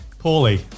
Poorly